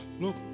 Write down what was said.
Look